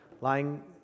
lying